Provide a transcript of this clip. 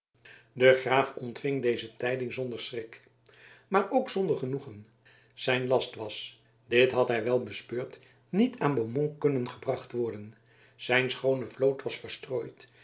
de graaf ontving deze tijding zonder schrik maar ook zonder genoegen zijn last was dit had hij wel bespeurd niet aan beaumont kunnen gebracht worden zijn schoone vloot was verstrooid